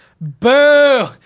boo